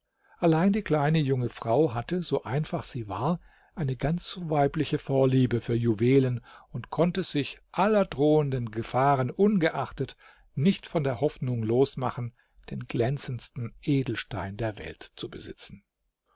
allein die kleine junge frau hatte so einfach sie war eine ganz weibliche vorliebe für juwelen und konnte sich aller drohenden gefahren ungeachtet nicht von der hoffnung losmachen den glänzendsten edelstein der welt zu besitzen